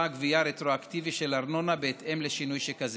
גבייה רטרואקטיבי של ארנונה בהתאם לשינוי שכזה.